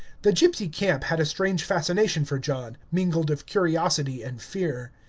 the gypsy camp had a strange fascination for john, mingled of curiosity and fear.